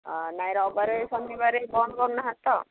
ଅ ନାହିଁ ରବିବାରେ ଶନିବାରେ ବନ୍ଦ କରୁନାହାନ୍ତି ତ